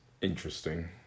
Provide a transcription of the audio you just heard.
interesting